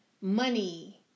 money